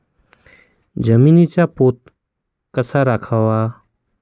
जमिनीचा पोत कसा राखावा?